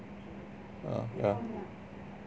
err yeah